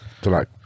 tonight